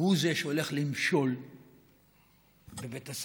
הוא זה שהולך למשול בבית הספר,